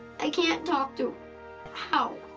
i can't talk to him. how?